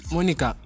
Monica